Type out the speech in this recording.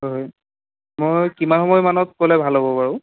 হয় মই কিমান সময় মানত গ'লে ভাল হ'ব বাৰু